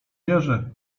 jerzy